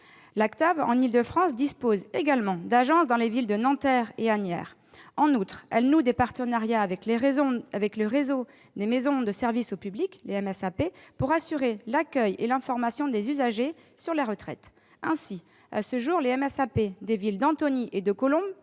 en Île-de-France d'agences dans les villes de Nanterre et d'Asnières. En outre, elle noue des partenariats avec le réseau des maisons de services au public, les MSAP, pour assurer l'accueil et l'information des usagers sur la retraite. Ainsi, à ce jour, les MSAP des villes d'Antony et de Colombes